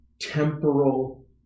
temporal